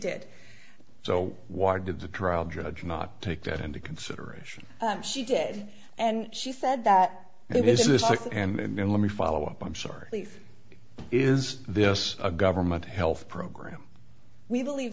did so why did the trial judge not take that into consideration she did and she said that it is just and let me follow up i'm sorry is this a government health program we believe